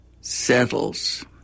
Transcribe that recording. settles